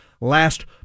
last